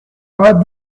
pas